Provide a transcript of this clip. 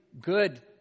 good